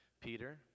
Peter